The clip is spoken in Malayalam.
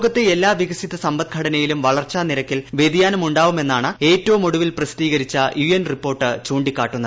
ലോകത്തെ എല്ലാ വികസിത സമ്പദ്ഘടനയിലും വളർച്ച നിരക്കിൽ വൃതിയാനമുണ്ടാവുമെന്നാണ് ഏറ്റവും ഒടുവിൽ പ്രസിദ്ധീകരിച്ച യു എൻ റിപ്പോർട്ട് ചൂണ്ടിക്കാട്ടുന്നത്